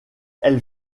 elle